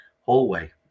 hallway